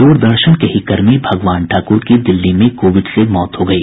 दूरदर्शन के ही कर्मी भगवान ठाकुर की दिल्ली में कोविड से मौत हो गयी